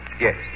Yes